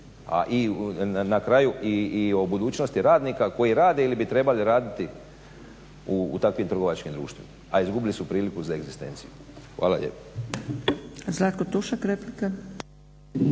na kraju i o budućnosti radnika koji rade ili bi trebali raditi u takvim trgovačkim društvima, a izgubili su priliku za egzistenciju. Hvala lijepa. **Zgrebec, Dragica